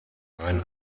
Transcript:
ein